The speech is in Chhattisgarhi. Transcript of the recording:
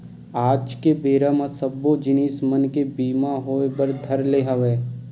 आज के बेरा म सब्बो जिनिस मन के बीमा होय बर धर ले हवय